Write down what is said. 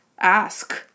ask